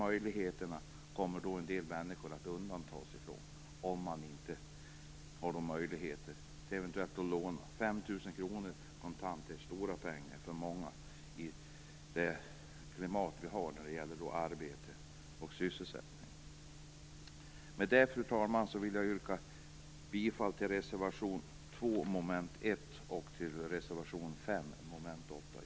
Dessa kommer en del människor att undantas ifrån om de inte har möjligheter att eventuellt låna 5 000 kr, som ju är stora pengar för många människor i det klimat som vi har beträffande arbete och sysselsättning. Med det, fru talman, yrkar jag bifall till reservation 2 under mom. 1 och reservation 5 under mom. 8.